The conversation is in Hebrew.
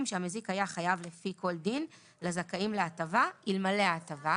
שהמזיק היה חייב לפי כל דין לזכאים להטבה אלמלא ההטבה.